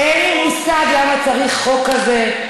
אין לי מושג למה צריך חוק כזה,